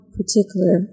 particular